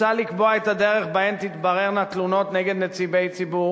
מוצע לקבוע את הדרך שבה תתבררנה תלונות נגד נציגי ציבור